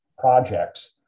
projects